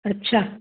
अच्छा